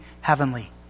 heavenly